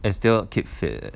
and still keep fit